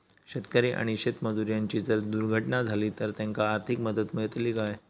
शेतकरी आणि शेतमजूर यांची जर दुर्घटना झाली तर त्यांका आर्थिक मदत मिळतली काय?